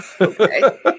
Okay